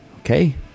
Okay